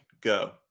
go